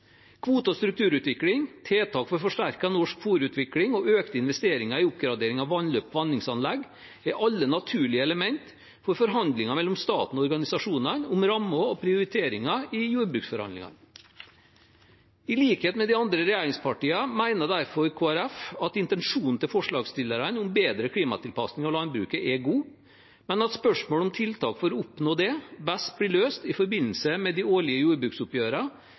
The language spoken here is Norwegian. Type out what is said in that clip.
Kvote- og strukturutvikling, tiltak for forsterket norsk fôrutvikling og økte investeringer i oppgradering av vannløp og vanningsanlegg er alle naturlige elementer for forhandlinger mellom staten og organisasjonene om rammer og prioriteringer i jordbruksforhandlingene. I likhet med de andre regjeringspartiene mener derfor Kristelig Folkeparti at intensjonen til forslagsstillerne om bedre klimatilpasning av landbruket er god, men at spørsmål om tiltak for å oppnå det, best blir løst i forbindelse med de årlige